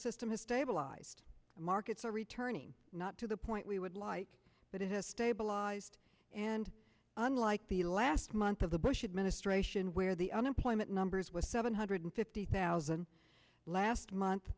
system has stabilized the markets are returning not to the point we would like but it has stabilized and unlike the last month of the bush administration where the unemployment numbers with seven hundred fifty thousand last month